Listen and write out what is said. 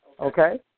okay